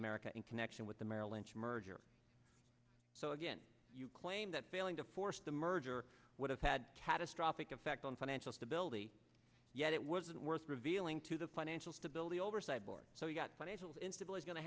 america in connection with the merrill lynch merger so again you claim that failing to force them or merger would have had catastrophic effect on financial stability yet it wasn't worth revealing to the financial stability oversight board so you've got financial instability going to